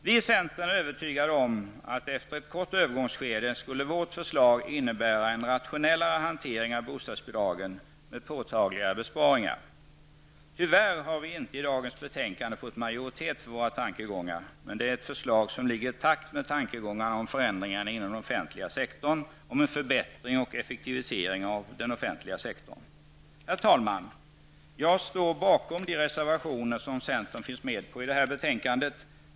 Vi i centern är övertygade om att efter ett kort övergångsskede skulle vårt förslag innebära en rationellare hantering av bostadsbidragen med påtagliga besparingar. Tyvärr har vi inte i dagens betänkande fått majoritet för våra tankegångar, men det är ett förslag som ligger i takt med tankegångarna om förändringar i form av en förbättring och effektivisering av den offentliga sektorn. Herr talman! Jag står bakom de reservationer som centern finns med på i betänkandet.